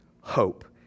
hope